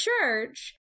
church